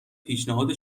پیشنهاد